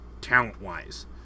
talent-wise